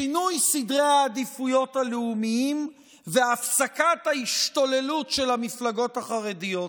שינוי סדרי העדיפויות הלאומיים והפסקת ההשתוללות של המפלגות החרדיות.